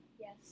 yes